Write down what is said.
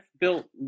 built